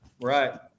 Right